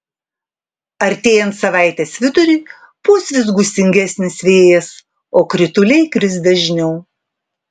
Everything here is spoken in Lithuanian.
artėjant savaitės viduriui pūs vis gūsingesnis vėjas o krituliai kris dažniau